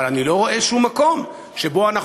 אבל אני לא רואה שום מקום שבו אנחנו